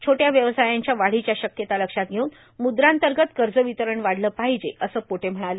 छोट्या व्यवसायांच्या वाढीच्या शक्यता शलक्षात धेऊन मुद्रांतगत कर्जावतरण वाढलं पर्माहजे असं पोटे म्हणाले